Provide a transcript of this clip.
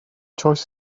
choice